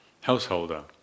householder